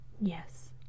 Yes